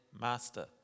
master